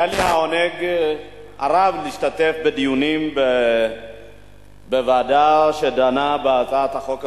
היה לי העונג הרב להשתתף בדיונים בוועדה שדנה בהצעת החוק הזאת,